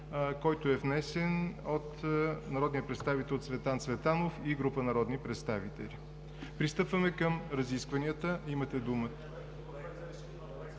който е внесен от народния представител Цветан Цветанов и група народни представители. Пристъпваме към разискванията. Имате думата.